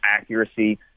accuracy